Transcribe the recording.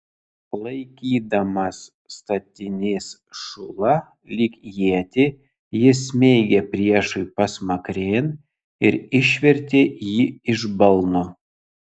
laikydamas statinės šulą lyg ietį jis smeigė priešui pasmakrėn ir išvertė jį iš balno